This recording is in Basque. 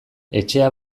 etxea